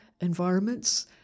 environments